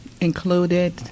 included